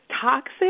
toxic